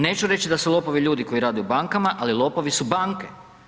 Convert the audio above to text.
Neću reći da su lopovi ljudi koji rade u bankama, ali lopovi su banke.